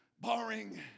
barring